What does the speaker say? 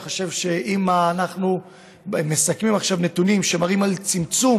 אני חושב שאם אנחנו מסכמים עכשיו נתונים שמראים אץ הצמצום